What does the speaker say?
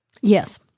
Yes